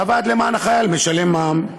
והאגודה למען החייל משלמת מע"מ.